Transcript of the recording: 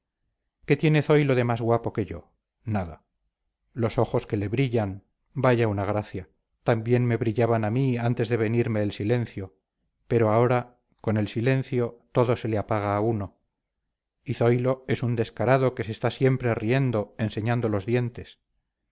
qué tiene zoilo de más guapo que yo nada los ojos que le brillan vaya una gracia también me brillaban a mí antes de venirme el silencio pero ahora con el silencio todo se le apaga a uno y zoilo es un descarado que se está siempre riendo enseñando los dientes